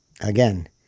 again